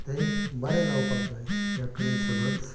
तें बरें जावपाक जाय ह्या कडेन सदांच